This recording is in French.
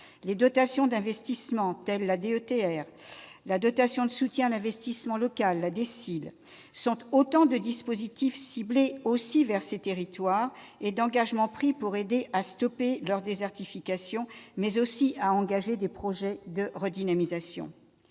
les dotations d'investissement, telles la DETR, la dotation de soutien à l'investissement local, la DSIL, sont autant de dispositifs ciblés vers ces territoires et autant d'engagements pris pour aider à stopper leur désertification, mais aussi pour y engager des projets de redynamisation.